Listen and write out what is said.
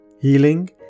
healing